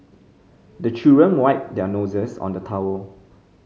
the children wipe their noses on the towel